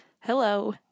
Hello